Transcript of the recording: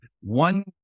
one